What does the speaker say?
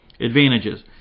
Advantages